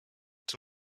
czy